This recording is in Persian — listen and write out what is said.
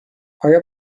آیا